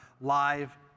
live